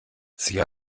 sie